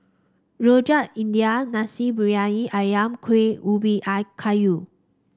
Rojak India Nasi Briyani ayam Kuih Ubi eye Kayu